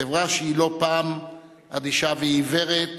חברה שהיא לא פעם אדישה ועיוורת